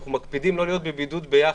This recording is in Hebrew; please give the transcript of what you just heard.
אנחנו מקפידים לא להיות בבידוד ביחד,